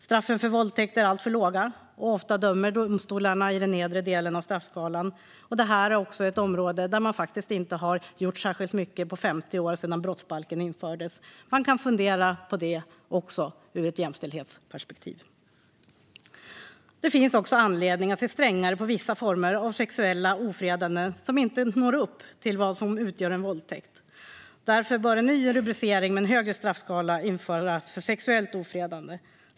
Straffen för våldtäkt är alltför milda, och ofta dömer domstolarna i den nedre delen av straffskalan. Detta är också ett område där man faktiskt inte har gjort särskilt mycket på 50 år, sedan brottsbalken infördes. Man kan fundera på även det ur ett jämställdhetsperspektiv. Det finns också anledning att se strängare på vissa former av sexuella ofredanden som inte når upp till vad som utgör en våldtäkt. Därför bör en ny rubricering med en högre straffskala införas för sexuellt ofredande.